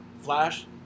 Flash